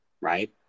right